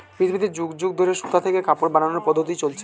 পৃথিবীতে যুগ যুগ ধরে সুতা থেকে কাপড় বানানোর পদ্ধতি চলছে